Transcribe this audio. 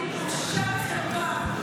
בושה וחרפה.